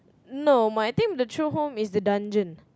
no my think the true home is the dungeon